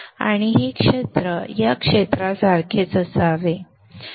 आणि हे क्षेत्र या क्षेत्रासारखेच असावे